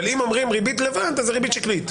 אבל אם אומרים ריבית לבד, זאת ריבית שקלית.